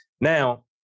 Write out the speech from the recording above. now